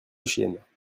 chiennes